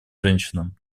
женщинам